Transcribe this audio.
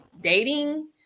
dating